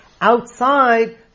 outside